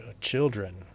children